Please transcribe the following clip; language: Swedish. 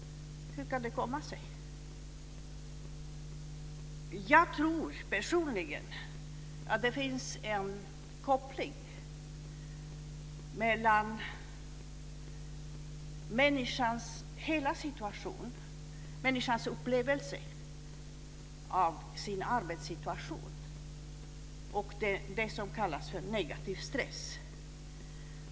Hur kan det komma sig? Jag tror personligen att det finns en koppling mellan människans hela situation, människans upplevelse av sin arbetssituation och det som kallas för negativ stress.